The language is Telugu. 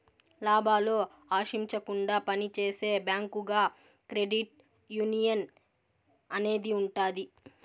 లాభాలు ఆశించకుండా పని చేసే బ్యాంకుగా క్రెడిట్ యునియన్ అనేది ఉంటది